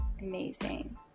Amazing